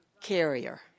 carrier